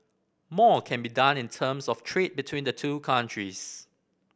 more can be done in terms of trade between the two countries